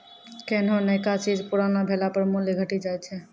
कोन्हो नयका चीज पुरानो भेला पर मूल्य घटी जाय छै